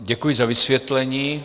Děkuji za vysvětlení.